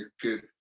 good